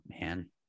Man